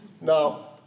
Now